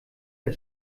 der